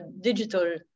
digital